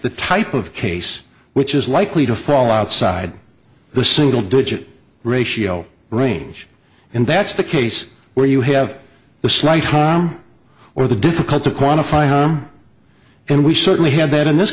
the type of case which is likely to fall outside the single digit ratio range and that's the case where you have the slight harm or the difficult to quantify harm and we certainly have that in this